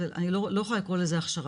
אני לא יכולה לקרוא לזה הכשרה.